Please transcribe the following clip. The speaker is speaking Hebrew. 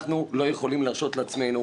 אנחנו לא יכולים להרשות לעצמנו,